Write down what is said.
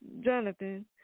Jonathan